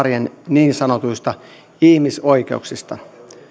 niin sanotuista ihmisoikeuksista